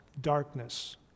darkness